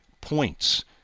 points